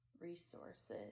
resources